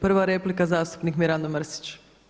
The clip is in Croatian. Prva replika zastupnik Mirando Mrsić.